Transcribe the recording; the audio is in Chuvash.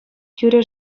тӳре